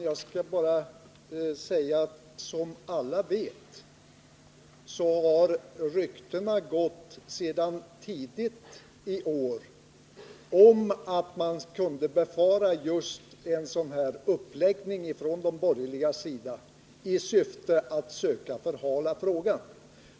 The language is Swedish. Herr talman! Som alla vet har ryktena gått sedan tidigt i år om att man kunde befara just en sådan här uppläggning från de borgerligas sida i syfte att söka förhala frågan.